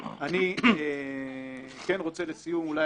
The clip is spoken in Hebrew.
אני רוצה לסיום אולי,